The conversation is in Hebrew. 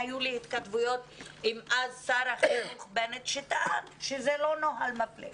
היו לי התכתבויות אז עם שר החינוך בנט שטען שזה לא נוהל מפלה.